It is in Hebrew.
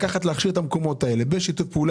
להכשיר את המקומות האלה בשיתוף פעולה